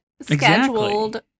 scheduled